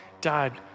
died